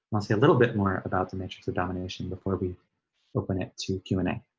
let's see a little bit more about the matrix of domination before we open it to q and a.